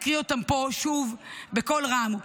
אקריא אותם פה שוב בקול רם.